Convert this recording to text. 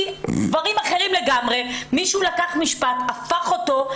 דברים אחרים לגמרי אבל מישהו לקח משפט והפך אותו.